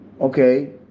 okay